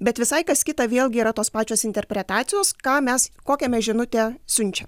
bet visai kas kita vėlgi yra tos pačios interpretacijos ką mes kokią mes žinutę siunčiam